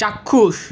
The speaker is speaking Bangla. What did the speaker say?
চাক্ষুষ